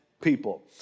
people